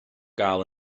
gael